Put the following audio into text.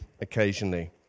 occasionally